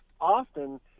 often